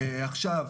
עכשיו,